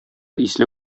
исле